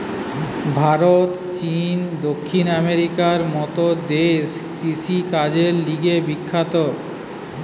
ভারত, চীন, দক্ষিণ আমেরিকার মত দেশ কৃষিকাজের লিগে বিখ্যাত